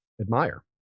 admire